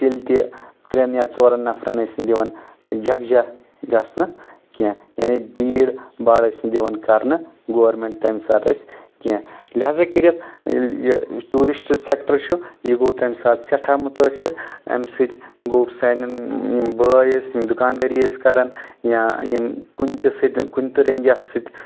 تیٚلہِ تہِ ترٛٮ۪ن یا ژورن نفرن ٲسۍ نہٕ دِوان یکجہ گژھنہٕ کینٛہہ یعنے بیٖڈ باڈ ٲسۍ نہٕ دِوان کرنہٕ گورنمینٹ تمہِ ساتہِ اسہِ کینٛہہ لہٰذا کٔرتھ ییٚلہِ یہِ ٹوٗرسٹ سٮ۪کٹر چھُ یہِ گوٚو تمہِ ساتہٕ سٮ۪ٹھاہ مُتٲثر امہِ سۭتۍ گوٚو سانٮ۪ن یِم بٲے ٲسۍ یِم دُکان دٲری ٲسۍ کران یا یِم کُنہِ تہِ سۭتۍ کُنہِ تہِ رنٛگۍ اتھ سۭتۍ